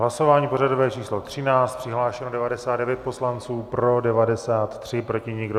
Hlasování pořadové číslo 13, přihlášeno 99 poslanců, pro 93, proti nikdo.